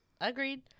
Agreed